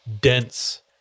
dense